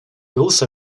also